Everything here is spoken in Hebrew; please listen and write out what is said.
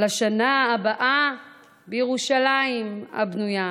"לשנה הבאה בירושלים הבנויה".